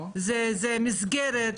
זה מסגרת,